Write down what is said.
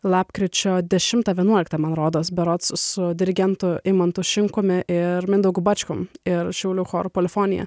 lapkričio dešimtą vienuoliktą man rodos berods su dirigentu imantu šimkumi ir mindaugu bačkum ir šiaulių choru polifonija